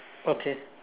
okay